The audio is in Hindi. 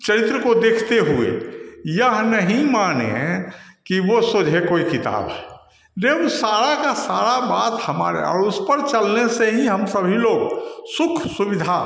चरित्र को देखते हुए यह नहीं माने कि वो सूझे कोई किताब है देव सारा का सारा बात हमारे और उस पर चलने से ही हम सभी लोग सुख सुविधा